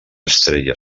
estrella